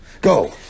Go